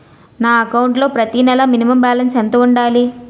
నా అకౌంట్ లో ప్రతి నెల మినిమం బాలన్స్ ఎంత ఉండాలి?